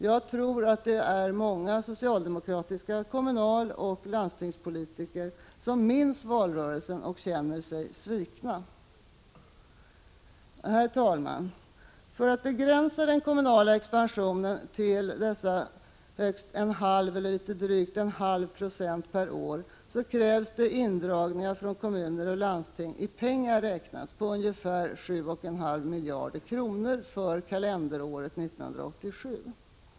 Jag tror att det är många socialdemokratiska kommunaloch landstingspolitiker som minns valrörelsen och känner sig svikna. Herr talman! För att begränsa den kommunala expansionen till litet drygt en halv procent per år krävs det indragningar från kommuner och landsting i pengar räknat på ungefär 7,5 miljarder kronor för kalenderåret 1987.